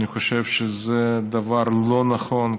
אני חושב שזה דבר לא נכון,